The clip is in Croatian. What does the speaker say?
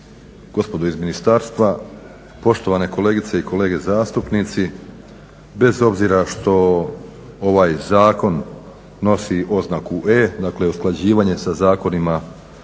Gospodo iz ministarstva, poštovane kolegice i kolege zastupnici. Bez obzira što ovaj zakon nosi oznaku E, dakle usklađivanje sa zakonima